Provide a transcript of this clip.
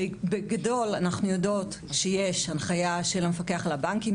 בגדול אנחנו יודעות שיש הנחיה של המפקח על הבנקים.